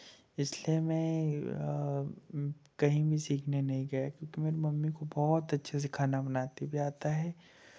इसलिए मैं कहीं भी सीखने नहीं गया क्योंकि मेरे मम्मी को बहुत अच्छे से खाना बनाते हुए आता है